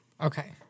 Okay